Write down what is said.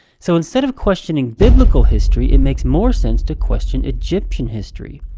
so, instead of questioning biblical history, it makes more sense to question egyptian history.